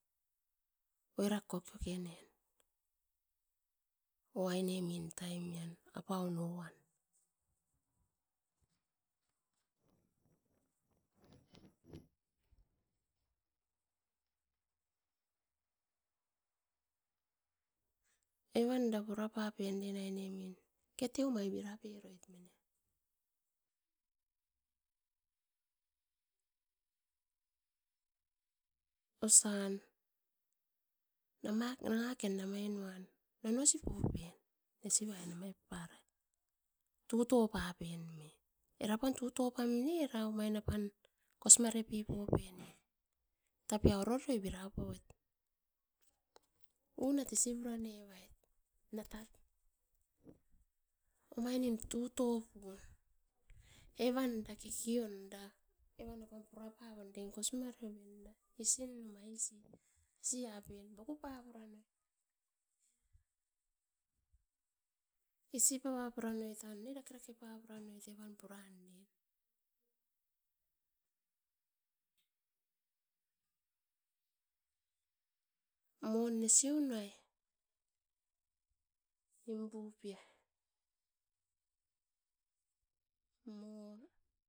Oirat kokokenen o ainem min taim an apaun oan. Evan da pura papen aine min, keteu pai bira peroit mine. Osan nanga ken namai nuan nono sipo pen. Nesivai namai parait. Tuto papen me, era apan tuto pam ne era omain apan kos mare pipo net. Tap orori oi bira poit, unat isi pura nevait natat omai nim tuto pun, evan da kekeon da evan da apan pura pavion da omain kos mareo ven era. Isin num aisi. Aisia pen boku papu ranoit, daka rake papura noit. Evan puran ne. Mo nesinuai nim pupia mo.